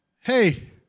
hey